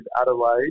Adelaide